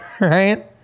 right